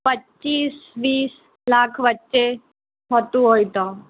પચ્ચીસ વીસ લાખ વચ્ચે હોતું હોય તો